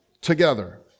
together